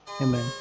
Amen